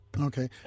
okay